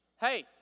hey